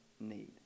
need